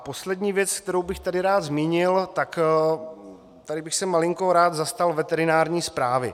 Poslední věc, kterou bych tady rád zmínil tady bych se malinko rád zastal veterinární správy.